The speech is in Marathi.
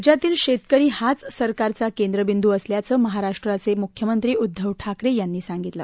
राज्यातील शेतकरी हाच सरकारचा केंद्रबिदू असल्याचं महाराष्ट्राचे मुख्यमंत्री उद्घव ठाकरे यांनी सांगितलं